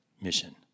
mission